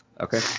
Okay